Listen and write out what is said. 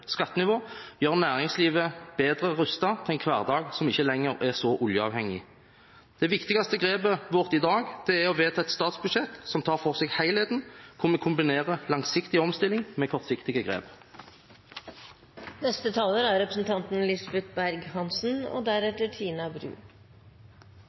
skattenivå, gjør næringslivet bedre rustet til en hverdag som ikke lenger er så oljeavhengig. Det viktigste grepet vårt i dag er å vedta et statsbudsjett som tar for seg helheten og kombinerer langsiktig omstilling med kortsiktige grep. I forrige uke var jeg i Båtsfjord, og Båtsfjord ligger langt fra Løvebakken. Ett er